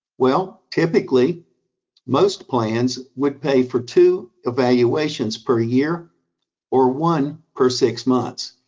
well, typically most plans would pay for two evaluations per year or one per six months.